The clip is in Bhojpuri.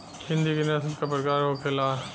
हिंदी की नस्ल का प्रकार के होखे ला?